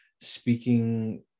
speaking